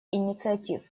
инициатив